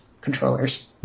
controllers